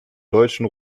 deutschen